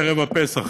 ערב הפסח,